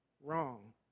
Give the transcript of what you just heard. wrong